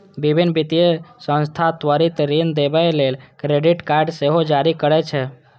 विभिन्न वित्तीय संस्थान त्वरित ऋण देबय लेल क्रेडिट कार्ड सेहो जारी करै छै